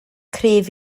cryf